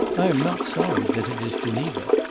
i am not sorry that it is geneva,